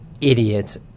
idiots